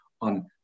on